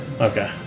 Okay